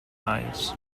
ives